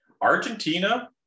Argentina